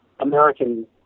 American